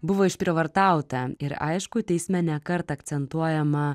buvo išprievartauta ir aišku teisme ne kartą akcentuojama